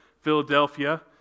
Philadelphia